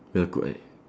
well cook eh